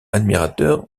admirateur